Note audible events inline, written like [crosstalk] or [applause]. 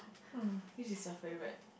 [noise] which is your favorite